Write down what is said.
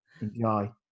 Enjoy